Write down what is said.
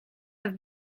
have